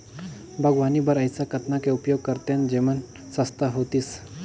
बागवानी बर ऐसा कतना के उपयोग करतेन जेमन सस्ता होतीस?